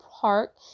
park